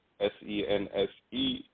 S-E-N-S-E